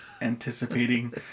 anticipating